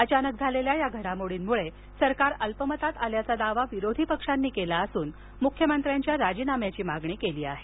अचानक झालेल्या या घडामोडींमुळे सरकार अल्पमतात आल्याचा दावा विरोधी पक्षांनी केला असून मुख्यमंत्र्यांच्या राजीनाम्याची मागणी केली आहे